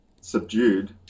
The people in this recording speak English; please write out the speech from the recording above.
subdued